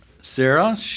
Sarah